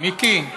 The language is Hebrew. מיקי.